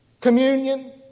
communion